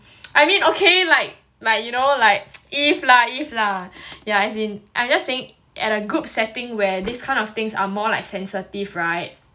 I mean okay like like you know like if lah if lah yeah as in I'm just saying at a group setting where this kind of things are more like sensitive [right]